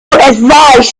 advise